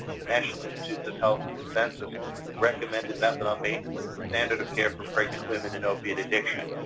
the national institutes of health consensus recommended methadone maintenance as the standard of care for pregnant women in opiate addiction.